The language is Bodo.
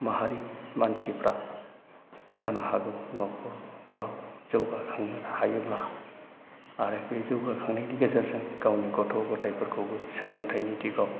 माहारिनि मानसिफ्रा जानो हागौ न'खराव जौगाखांनो हायोब्ला आरो बे जौगाखांनायनि गेजेरजों गावनि गथ' गथायफोरखौबो सोलोंथाइनि दिगाव